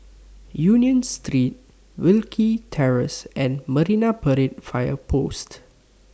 Union Street Wilkie Terrace and Marine Parade Fire Post